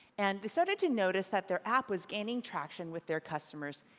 and they started to notice that their app was gaining traction with their customers,